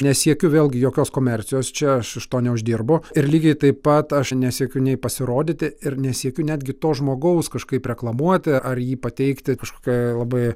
nesiekiu vėlgi jokios komercijos čia aš iš to neuždirbu ir lygiai taip pat aš nesiekiu nei pasirodyti ir nesiekiu netgi to žmogaus kažkaip reklamuoti ar jį pateikti kažkokioj labai